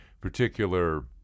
particular